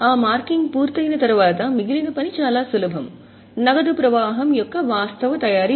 ఆ మార్కింగ్ పూర్తయిన తర్వాత మిగిలిన పని చాలా సులభం నగదు ప్రవాహం యొక్క వాస్తవ తయారీ